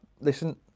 Listen